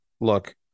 look